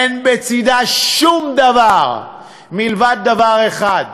אין בצדה שום דבר מלבד דבר אחד: